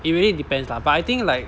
it really depends lah but I think like